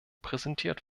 präsentiert